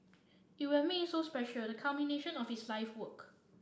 it would have made so special the culmination of his life's work